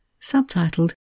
subtitled